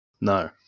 No